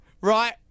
right